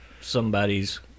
somebody's